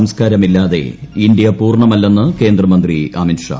സംസ്ക്കാരമില്ലാതെ ഇന്ത്യ പൂർണ്ണമല്ലെന്ന് കേന്ദ്രമന്ത്രി അമിത് ഷാ